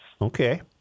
Okay